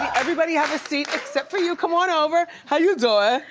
everybody have a seat. except for you, come on over. how you doin'?